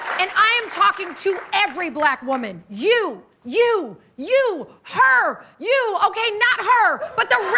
and i am talking to every black woman. you, you, you! her, you! okay, not her. but the